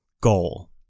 goal